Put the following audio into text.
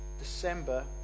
December